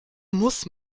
muss